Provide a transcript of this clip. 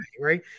right